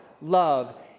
love